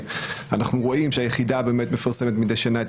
ואנחנו רואים שהיחידה באמת מפרסמת מדי שנה את